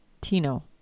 Tino